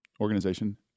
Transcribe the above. organization